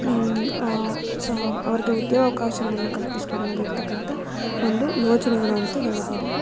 so ಅವ್ರಿಗೆ ಉದ್ಯೋಗ ಅವಕಾಶಗಳನ್ನ ಕಲ್ಪಿಸಿಕೊಡುವಲ್ಲಿ ಇರತಕ್ಕಂಥ ಒಂದು ಯೋಜನೆಗಳು ಅಂತ ಹೇಳಬೋದು